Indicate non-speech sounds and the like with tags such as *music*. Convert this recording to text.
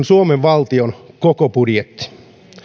*unintelligible* suomen valtion koko budjetti